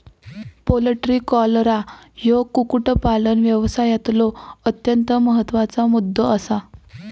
poultry cholera ह्यो कुक्कुटपालन व्यवसायातलो अत्यंत महत्त्वाचा मुद्दो आसा